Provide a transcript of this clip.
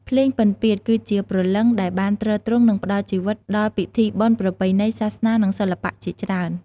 ភ្លេងពិណពាទ្យ គឺជាព្រលឹងដែលបានទ្រទ្រង់ និងផ្តល់ជីវិតដល់ពិធីបុណ្យប្រពៃណី សាសនា និងសិល្បៈជាច្រើន។